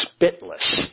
spitless